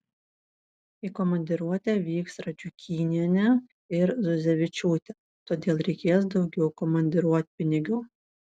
į komandiruotę vyks radžiukynienė ir zuzevičiūtė todėl reikės daugiau komandiruotpinigių